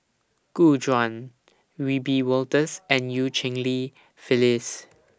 Gu Juan Wiebe Wolters and EU Cheng Li Phyllis